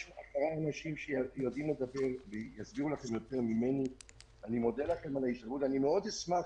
אני מודה לכם על ההקשבה ואני מאוד אשמח